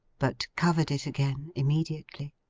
but covered it again, immediately.